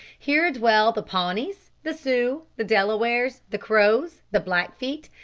here dwell the pawnees, the sioux, the delawares, the crows, the blackfeet,